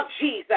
Jesus